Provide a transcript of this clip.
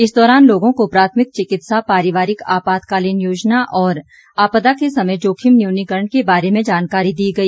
इस दौरान लोगों को प्राथमिक चिकित्सा पारिवारिक आपातकालीन योजना और आपदा के समय जोखिम न्यूनीकरण के बारे में जानकारी दी गई